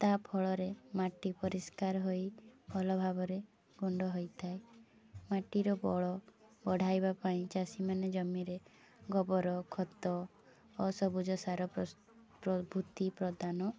ତା ଫଳରେ ମାଟି ପରିଷ୍କାର ହୋଇ ଭଲ ଭାବରେ ଗୁଣ୍ଡ ହୋଇଥାଏ ମାଟିର ବଳ ବଢ଼ାଇବା ପାଇଁ ଚାଷୀମାନେ ଜମିରେ ଗୋବର ଖତ ଅସବୁଜ ସାର ପ୍ରଭୃତି ପ୍ରଦାନ